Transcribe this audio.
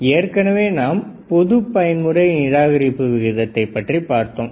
ஏற்கனவே நாம் பொது பயன்முறை நிராகரிப்பு விகிதத்தை பற்றி பார்த்தோம்